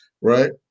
right